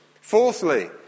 fourthly